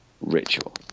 ritual